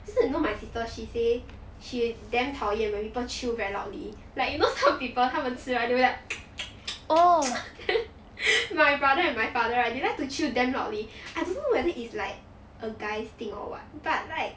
so you know my sister she say she damn 讨厌: tao yan when people chew very loudly like you know some people 他们吃 right they will like my brother and my father right they like to chew damn loudly I don't know whether it's like a guy's thing or what but like